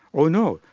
oh no,